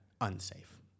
unsafe